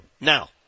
now